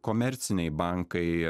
komerciniai bankai